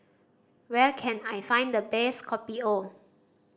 where can I find the best Kopi O